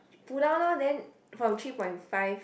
pull down lor then from three point five